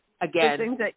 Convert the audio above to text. again